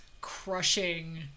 crushing